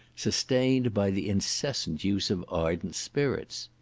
sustained by the incessant use of ardent spirits.